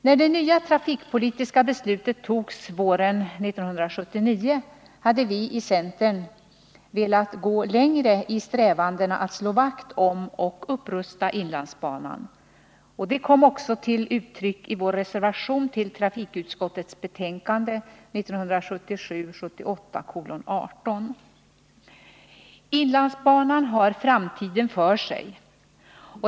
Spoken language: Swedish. När det nya trafikpolitiska beslutet togs våren 1979, hade vi i centern velat gå längre i strävandena att slå vakt om och upprusta inlandsbanan. Det kom också till uttryck i vår reservation till trafikutskottets betänkande 1977/ 78:18. Inlandsbanan har framtiden för sig.